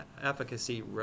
efficacy